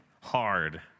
hard